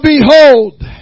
behold